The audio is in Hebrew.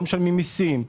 לא משלמים מיסים,